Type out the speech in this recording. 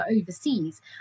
overseas